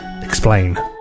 Explain